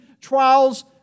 trials